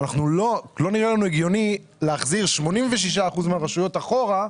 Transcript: זה לא נראה לנו הגיוני להחזיר 86% מהרשויות אחורה,